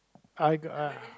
I uh